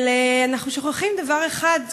אבל אנחנו שוכחים דבר אחד: